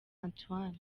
antoine